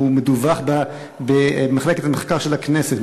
והוא מדווח במחלקת המחקר של הכנסת.